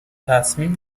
تصمیم